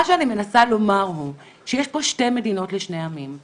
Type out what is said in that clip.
מה שאני מנסה לומר הוא שיש פה שתי מדינות לשני עמים,